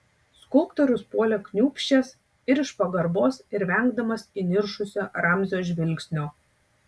skulptorius puolė kniūbsčias ir iš pagarbos ir vengdamas įniršusio ramzio žvilgsnio